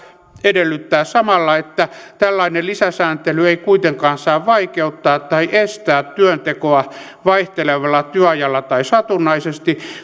edellyttää samalla että tällainen lisäsääntely ei kuitenkaan saa vaikeuttaa tai estää työntekoa vaihtelevalla työajalla tai satunnaisesti